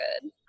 good